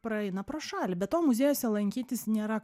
praeina pro šalį be to muziejuose lankytis nėra